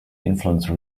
influence